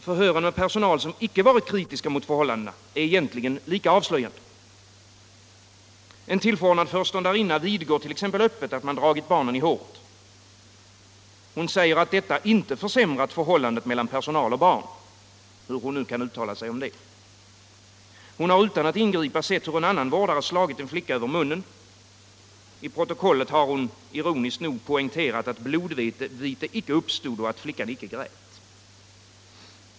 Förhören med personal som icke varit kritisk mot förhållandena är egentligen lika avslöjande. En tf. föreståndarinna vidgår t.ex. öppet att man dragit barnen i håret. Hon säger att detta inte försämrat förhållandet mellan personal och barn — hur hon nu kan uttala sig om det. Hon har utan att ingripa sett hur en annan vårdare slagit en flicka över munnen. I protokollet har hon ironiskt nog poängterat att blodvite inte uppstod och att flickan inte grät.